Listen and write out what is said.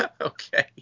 Okay